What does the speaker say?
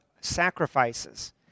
sacrifices